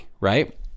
right